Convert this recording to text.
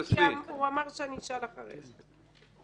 תרשמי לך ואחרי כן תשיבי.